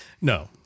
No